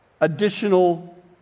additional